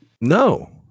no